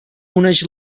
uneix